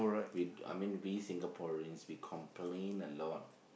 we I mean we Singaporeans we complain a lot